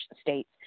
states